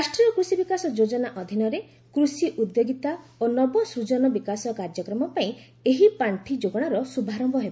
ରାଷ୍ଟ୍ରୀୟ କୃଷି ବିକାଶ ଯୋଜନା ଅଧୀନରେ କୃଷି ଉଦ୍ୟୋଗିତା ଓ ନବସ୍କଜନ ବିକାଶ କାର୍ଯ୍ୟକ୍ରମ ପାଇଁ ଏହି ପାଷ୍ଠିଯୋଗାଣର ଶୁଭାରମ୍ଭ ହେବ